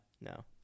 No